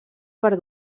per